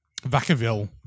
Vacaville